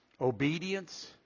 Obedience